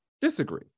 disagree